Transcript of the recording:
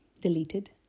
deleted